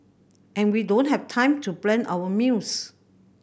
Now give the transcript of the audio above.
and when we don't have time to plan our meals